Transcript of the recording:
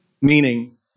meaning